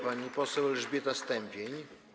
Pani poseł Elżbieta Stępień.